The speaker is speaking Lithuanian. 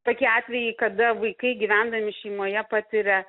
tokie atvejai kada vaikai gyvendami šeimoje patiria